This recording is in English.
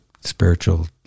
spiritual